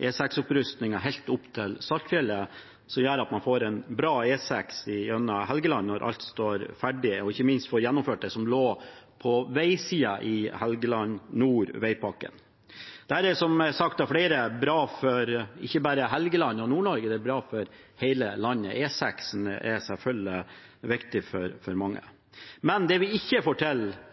E6-opprustningen helt opp til Saltfjellet, noe som gjør at man får en bra E6 gjennom Helgeland når alt står ferdig, og ikke minst får gjennomført det som lå på veisiden i veipakken Helgeland nord. Dette er, som det er sagt av flere, bra ikke bare for Helgeland og Nord-Norge, det er bra for hele landet. E6 er selvfølgelig viktig for mange. Dette får vi til – som det